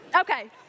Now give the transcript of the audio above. Okay